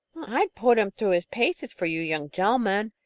i'd put him through his paces for you young gen'lemen,